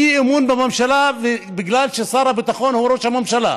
אי-אמון בממשלה בגלל ששר הביטחון הוא ראש הממשלה.